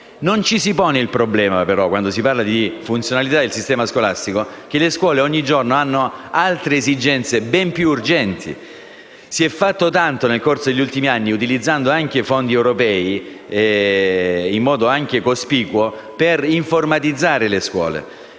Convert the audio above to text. Non ci si pone il problema, quando si parla di funzionalità del sistema scolastico, che le scuole hanno ogni giorno altre esigenze, ben più urgenti. Si è fatto tanto, nel corso degli ultimi anni, utilizzando anche in modo cospicuo fondi europei per informatizzare le scuole.